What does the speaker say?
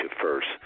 first